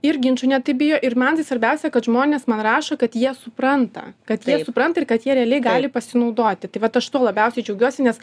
ir ginčų ne taip bijo ir man tai svarbiausia kad žmonės man rašo kad jie supranta kad jie supranta ir kad jie realiai gali pasinaudoti tai vat aš tuo labiausiai džiaugiuosi nes